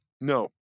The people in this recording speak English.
No